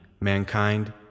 mankind